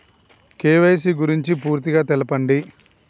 KYC గురించి పూర్తిగా తెలపండి?